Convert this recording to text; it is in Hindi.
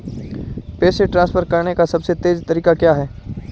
पैसे ट्रांसफर करने का सबसे तेज़ तरीका क्या है?